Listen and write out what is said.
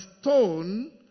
stone